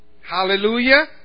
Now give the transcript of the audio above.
Hallelujah